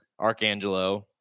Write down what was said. Archangelo